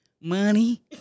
money